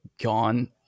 gone